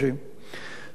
היו שם פואד בן-אליעזר,